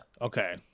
okay